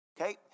Okay